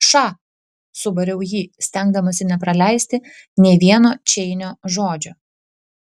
ša subariau jį stengdamasi nepraleisti nė vieno čeinio žodžio